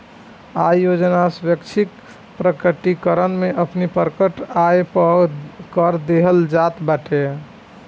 आय योजना स्वैच्छिक प्रकटीकरण में अपनी प्रकट आय पअ कर देहल जात बाटे